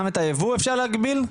גם את הייבוא אפשר להגביל?